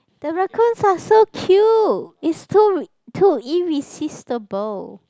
the raccoons are so cute is too too irresistible